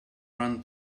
run